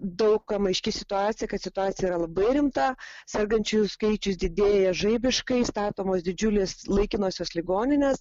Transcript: daug kam aiški situacija kad situacija yra labai rimta sergančiųjų skaičius didėja žaibiškai statomos didžiulės laikinosios ligoninės